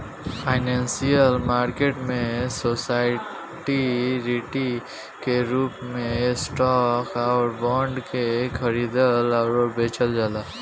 financial market में security के रूप में स्टॉक अउरी बॉन्ड के खरीदल अउरी बेचल जाला